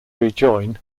rejoin